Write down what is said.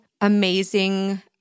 amazing